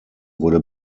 wurde